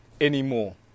anymore